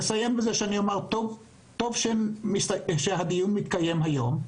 טוב שהדיון מתקיים היום.